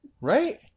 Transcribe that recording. Right